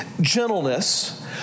gentleness